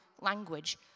language